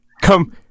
come